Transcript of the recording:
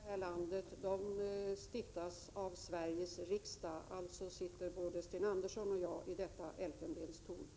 Herr talman! De lagar som stiftas i det här landet stiftas av Sveriges riksdag. Alltså sitter både Sten Andersson i Malmö och jag i detta elfenbenstorn.